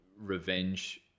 revenge